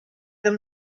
them